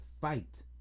fight